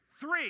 Three